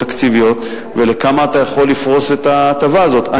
תקציביות ולכמה אתה יכול לפרוס את ההטבה הזאת.